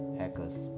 hackers